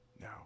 No